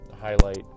highlight